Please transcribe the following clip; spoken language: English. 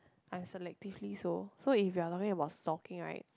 I'm selectively so so if you're talking about stocking right